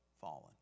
fallen